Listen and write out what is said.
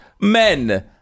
men